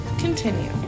Continue